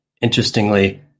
interestingly